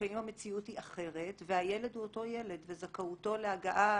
לפעמים המציאות היא אחרת והילד הוא אותו ילד וזכאותו להגעה